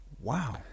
Wow